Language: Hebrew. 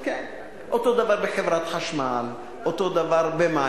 אותו דבר בחברת חשמל, אותו דבר במים.